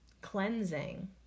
cleansing